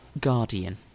guardian